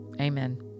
amen